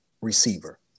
receiver